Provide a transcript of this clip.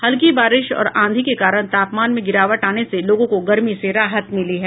हल्की बारिश और आंधी के कारण तापमान में गिरावट आने से लोगों को गर्मी से राहत मिली है